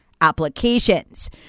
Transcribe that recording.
applications